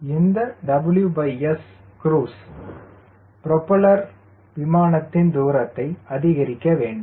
இந்த WScruise propeller விமானத்தின் தூரத்தை அதிகரிக்க வேண்டும்